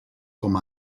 com